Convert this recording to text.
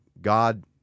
God